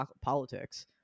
politics